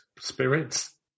spirits